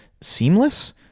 Seamless